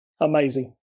amazing